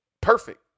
perfect